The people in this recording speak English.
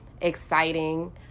exciting